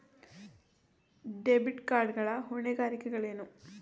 Debit card ಗಳ ಹೊಣೆಗಾರಿಕೆಗಳೇನು?